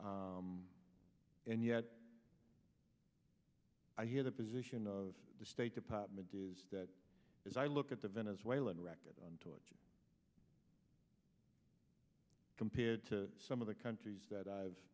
aside and yet i hear the position of the state department is that as i look at the venezuelan record on torture compared to some of the countries that i've